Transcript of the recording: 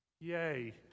Yay